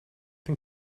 den